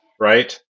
right